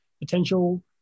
potential